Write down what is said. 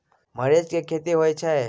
मरीच के खेती होय छय?